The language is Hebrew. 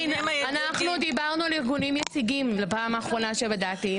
אנחנו דיברנו על ארגונים יציגים בפעם האחרונה שבדקתי.